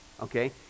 okay